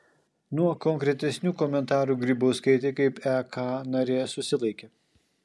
nuo konkretesnių komentarų grybauskaitė kaip ek narė susilaikė